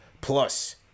plus